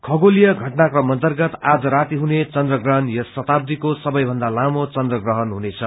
खगोलीय घटनाक्रम अर्न्तगत आज राती हुने चनद्र ग्रहण यस शताब्दीको सबैभन्दा लामो चन्द्र ग्रहण हुनेछ